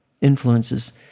influences